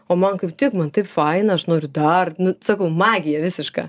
o man kaip tik man taip faina aš noriu dar sakau magija visiška